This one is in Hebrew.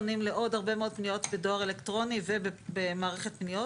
אנחנו עונים לעוד הרבה מאוד פניות בדואר אלקטרוני ובמערכת פניות